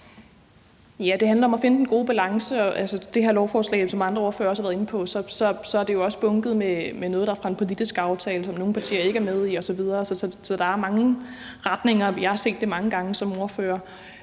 Ja, det handler om at finde den gode balance, og som også andre ordførere har været inde på, er det her lovforslag jo også bunket sammen med noget, der er fra en politisk aftale, som nogle partier ikke er med i osv. Så der er mange retninger. Jeg har set det mange gange som ordfører.